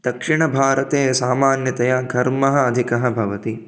दक्षिणभारते सामान्यतया धर्मः अधिकः भवति